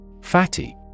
Fatty